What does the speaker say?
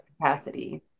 capacity